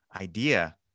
idea